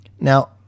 Now